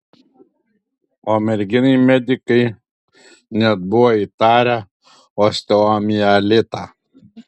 o merginai medikai net buvo įtarę osteomielitą